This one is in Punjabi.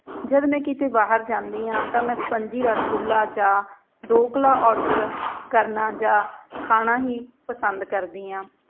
ਜਦ ਮੈਂ ਕਿਤੇ ਬਾਹਰ ਜਾਂਦੀ ਹਾਂ ਤਾਂ ਮੈਂ ਸਪੰਜੀ ਰਸਗੁੱਲਾ ਜਾਂ ਡੋਕਲਾ ਔਡਰ ਕਰਨਾ ਜਾਂ ਖਾਣਾ ਹੀ ਪਸੰਦ ਕਰਦੀ ਹਾਂ